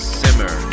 simmer